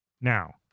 Now